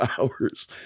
hours